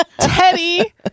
teddy